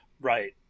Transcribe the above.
Right